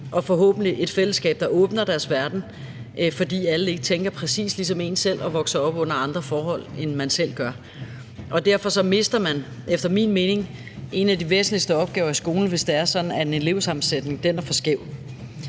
og forhåbentlig et fællesskab, der åbner deres verden, for alle tænker ikke præcis ligesom en selv og vokser op under andre forhold, end man selv gør. Derfor misser man efter min mening en af de væsentligste opgaver i skolen, hvis det er sådan, at en elevsammensætning er for skæv.